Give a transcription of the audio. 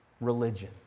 religion